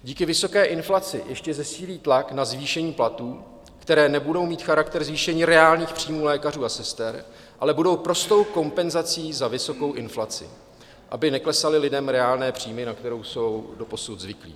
Díky vysoké inflaci ještě zesílí tlak na zvýšení platů, které nebudou mít charakter zvýšení reálných příjmů lékařů a sester, ale budou prostou kompenzací za vysokou inflaci, aby neklesaly lidem reálné příjmy, na které jsou doposud zvyklí.